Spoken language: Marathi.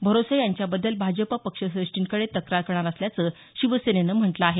भरोसे यांच्याबद्दल भाजप पक्षश्रेष्ठींकडे तक्रार करणार असल्याचं शिवसेनेनं म्हटलं आहे